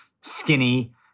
skinny